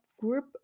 Group